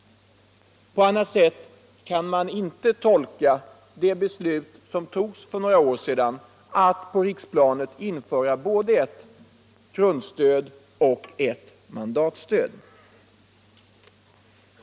På annat sätt kan man inte tolka det beslut som togs för några år sedan att på riksplanet införa både ett grundstöd och ett mandatstöd.